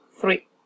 Three